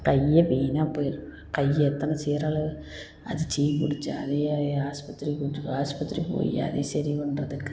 கை வீணாக போயிடும் கையில் எத்தனை சீரலு அது பிடிச்சி அதை ஆஸ்பத்திரிக்கு ஆஸ்பத்திரிக்கு போய் அது சரி பண்ணுறதுக்கு